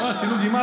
מה השעה?